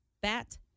bat